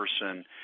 person